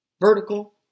vertical